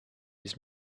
his